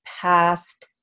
past